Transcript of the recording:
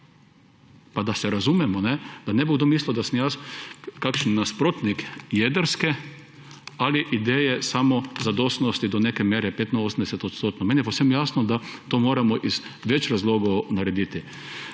Pa da se razumemo, da ne bo kdo mislil, da sem kakšen nasprotnik jedrske ali ideje o samozadostnosti do neke mere, 85-odstotno. Meni je povsem jasno, da to moramo iz več razlogov narediti.